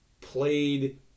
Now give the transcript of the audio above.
played